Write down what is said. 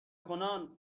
کنان